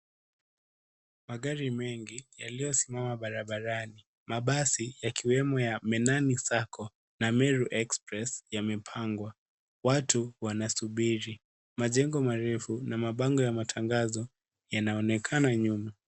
Magari mengi yaliyosimama barabarani, mabasi yakiwemo ya Menani Sacco na Meru express yamepangwa, watu wanasubiri. Majengo marefu na mabango ya matangazo yanaonekana nyuma.